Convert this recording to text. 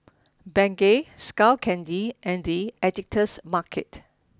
Bengay Skull Candy and The Editor's Market